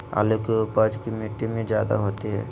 आलु की उपज की मिट्टी में जायदा होती है?